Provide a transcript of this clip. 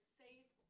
safe